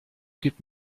gibt